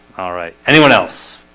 ah all right, anyone else